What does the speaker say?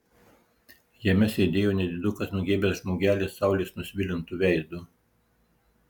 jame sėdėjo nedidukas nugeibęs žmogelis saulės nusvilintu veidu